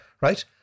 right